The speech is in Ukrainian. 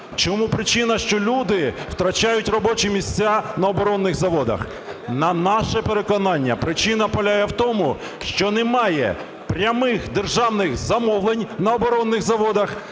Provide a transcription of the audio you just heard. чому причина, що люди втрачають робочі місця на оборонних заводах. На наше переконання, причина полягає в тому, що немає прямих державних замовлень на оборонних заводах,